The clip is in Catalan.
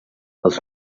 els